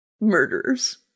murderers